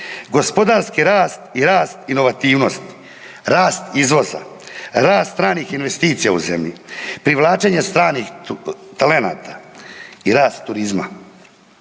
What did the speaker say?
gospodarski rast i rast inovativnosti, rast izvoza, rast stranih investicija u zemlji, privlačenje stranih talenata i rast turizma.